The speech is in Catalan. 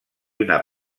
una